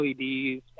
LEDs